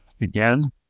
again